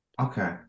Okay